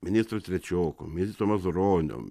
ministro trečioko ministro mazuronio